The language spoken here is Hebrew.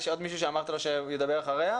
יש עוד מישהו שאמרת לו שהוא ידבר אחריה,